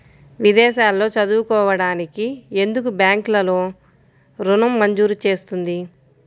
విదేశాల్లో చదువుకోవడానికి ఎందుకు బ్యాంక్లలో ఋణం మంజూరు చేస్తుంది?